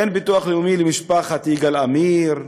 אין ביטוח לאומי למשפחת יגאל עמיר,